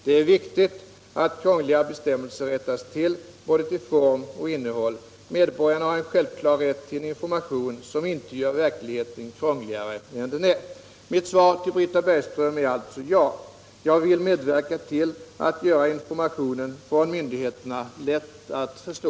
Det är viktigt att krångliga bestämmelser rättas till, till både form och innehåll. Medborgarna har en självklar rätt till en information som inte gör verkligheten krångligare än den är. Mitt svar till Britta Bergström är alltså ja. Jag vill medverka till att göra informationen från myndigheterna lätt att förstå.